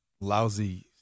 lousy